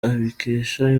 abikesha